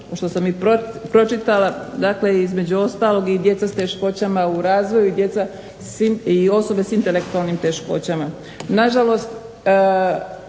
što sam i pročitala, dakle između ostalog i djeca s teškoćama u razvoju i djeca i osobe s intelektualnim teškoćama.